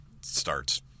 starts